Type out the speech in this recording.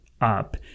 up